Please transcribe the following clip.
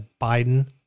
Biden